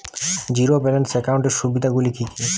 Zero balance একাউন্টের সুবিধা গুলি কি কি?